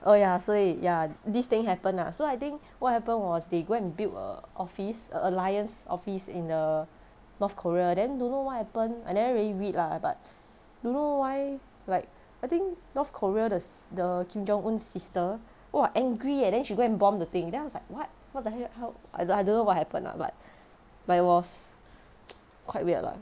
oh ya 所以 ya this thing happened ah so I think what happened was they go and build a office a alliance office in the north korea then don't know what happen I never really read lah but don't know why like I think north korea the s~ the kim jong un sister !wah! angry eh then she go and bomb the thing then I was like what what the hell how I I don't know what happened ah but but it was quite weird lah